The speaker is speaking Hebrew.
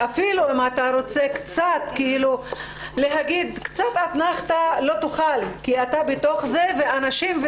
ואפילו אם אתה רוצה קצת אתנחתא אתה לא יכול כי אתה בתוך זה ואנשים,